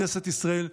כנסת ישראל,